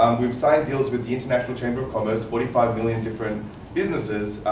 we've signed deals with the international chamber of commerce, forty five million different businesses.